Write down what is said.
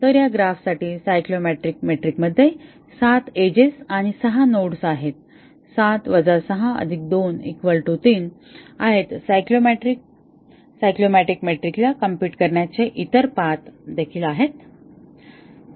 तर या ग्राफ साठी सायक्लोमॅटिक मेट्रिकमध्ये 7 एजेस आणि 6 नोड्स आहेत 7 6 2 3 आहेत सायक्लोमॅटिक मेट्रिक ला कॉम्प्युट करण्याचे इतर पाथ देखील आहेत